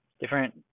different